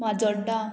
Majorda